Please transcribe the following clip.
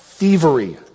thievery